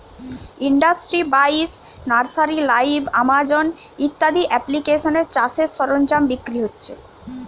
industry বাইশ, nursery live, Amazon ইত্যাদি এপ্লিকেশানে চাষের সরঞ্জাম বিক্রি হচ্ছে